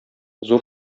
зур